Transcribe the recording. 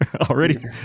already